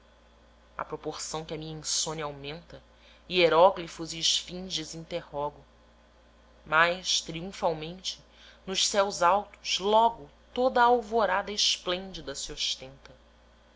à proporção que a minha insônia aumenta hieróglifos e esfinges interrogo mas triunfalmente nos céus altos logo toda a alvorada esplêndida se ostenta